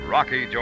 Rocky